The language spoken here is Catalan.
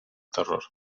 terror